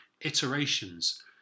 iterations